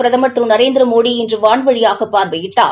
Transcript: பிரதமர் திரு நரேந்திரமோடி இன்று வான்வழியாக பார்வையிட்டார்